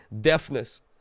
Deafness